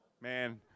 Man